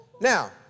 Now